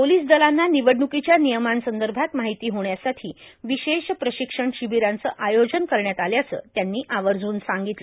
police दलांना निवडण्कीच्या नियमांसंदर्भात माहिती होण्यासाठी विशेष प्रशिक्षण शिबिराचे आयोजन करण्यात आल्याचं त्यांनी आवर्जून सांगितलं